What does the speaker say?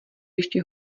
ještě